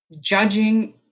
judging